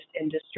industry